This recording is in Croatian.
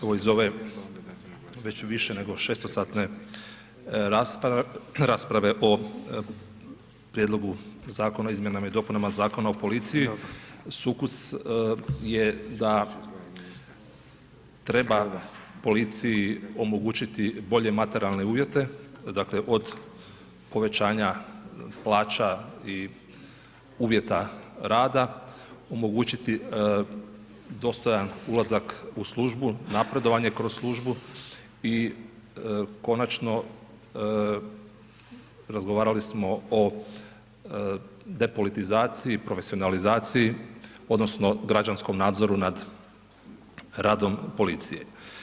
Evo iz ove već više nego šestosatne rasprave o prijedlogu Zakona o izmjenama i dopunama Zakona o policiji, sukus je da treba policiji omogućiti bolje materijalne uvjete, dakle od povećanja plaća i uvjeta rada omogućiti dostojan ulazak u službu, napredovanje kroz službu i konačno razgovarali smo o depolitizaciji, profesionalizaciji odnosno građanskom nadzoru nad radom policije.